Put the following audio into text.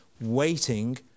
waiting